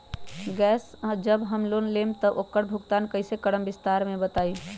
Gas जब हम लोग लेम त उकर भुगतान कइसे करम विस्तार मे बताई?